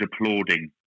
Applauding